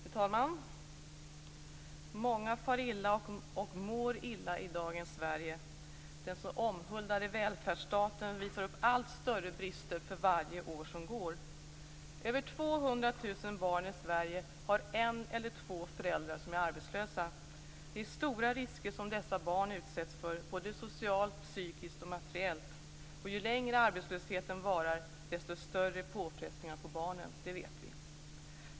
Fru talman! Många far illa och mår illa i dagens Sverige. Den så omhuldade välfärdsstaten visar upp allt större brister för varje år som går. Över 200 000 barn i Sverige har en eller två föräldrar som är arbetslösa. Det är stora risker som dessa barn utsätts för såväl socialt som psykiskt och materiellt. Och ju längre arbetslösheten varar, desto större är påfrestningarna på barnen, det vet vi.